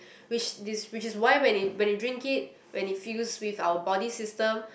which is which is why when we when we drink it when it fuse with our body system